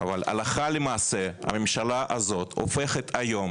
אבל הלכה למעשה הממשלה הזו הופכת היום